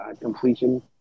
completion